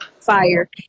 fire